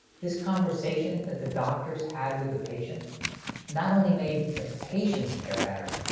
this conversation that the doctors had with the patient not only made the patient's care better,